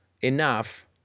enough